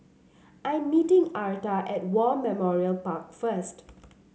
I am meeting Arta at War Memorial Park first